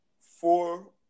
four